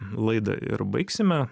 laidą ir baigsime